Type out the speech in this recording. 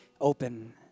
open